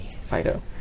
Fido